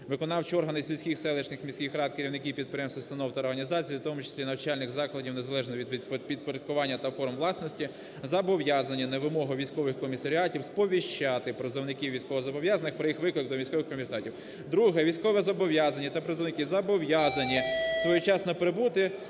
Виконавчі органи сільських, селищних, міських рад, керівники підприємств, установ та організацій, в тому числі навчальних закладів, незалежно від підпорядкування та форм власності зобов'язані на вимогу військових комісаріатів сповіщати призовників військовозобов'язаних про їх виклик до військових комісаріатів. Друге. Військовозобов'язані та призовники зобов'язані своєчасно прибути